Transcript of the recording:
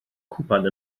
cwpan